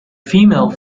female